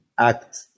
act